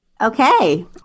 Okay